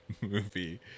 movie